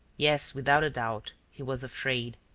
yes, without a doubt, he was afraid.